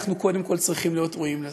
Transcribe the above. אנחנו קודם כול צריכים להיות ראויים לזה.